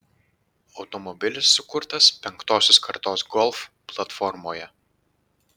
automobilis sukurtas penktosios kartos golf platformoje